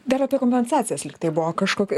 dar apie kompensacijas lyg tai buvo kažkokia